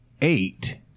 eight